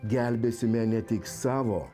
gelbėsime ne tik savo